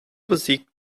besiegten